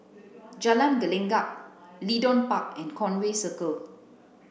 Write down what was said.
Jalan Gelenggang Leedon Park and Conway Circle